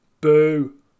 boo